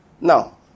Now